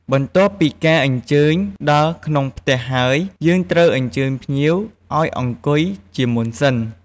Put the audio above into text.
បន្ទាប់ពីការអញ្ចើញដល់ក្នុងផ្ទះហើយ យើងត្រូវអញ្ជើញភ្ញៀវអោយអង្គុយជាមុនសិន។